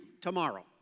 tomorrow